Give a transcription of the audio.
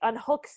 unhooks